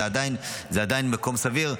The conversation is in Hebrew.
זה עדיין מקום סביר.